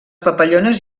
papallones